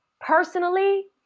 personally